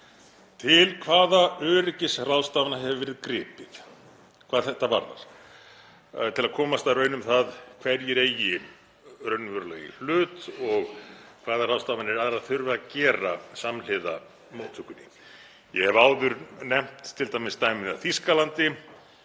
Til hvaða öryggisráðstafana hefur verið gripið hvað þetta varðar, til að komast að raun um það hverjir eigi raunverulega í hlut og hvaða ráðstafanir aðrar þurfi að gera samhliða móttökunni? Ég hef áður nefnt t.d. dæmið af Þýskalandi